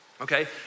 okay